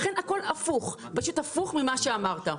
לכן הכול הפוך ממה שאמרת.